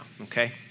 okay